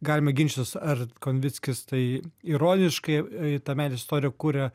galime ginčytis ar konvickis tai ironiškai tą meilės istoriją kuria